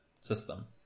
system